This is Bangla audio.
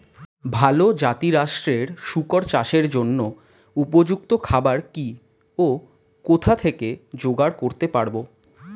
ভালো জাতিরাষ্ট্রের শুকর চাষের জন্য উপযুক্ত খাবার কি ও কোথা থেকে জোগাড় করতে পারব?